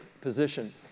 position